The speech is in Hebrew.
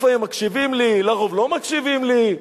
לפעמים מקשיבים לי, לרוב לא מקשיבים לי.